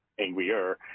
angrier